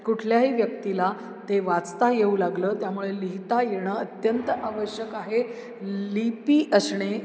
कुठल्याही व्यक्तीला ते वाचता येऊ लागलं त्यामुळे लिहिता येणं अत्यंत आवश्यक आहे लिपी असणे